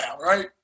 right